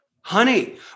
honey